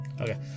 okay